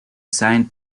signed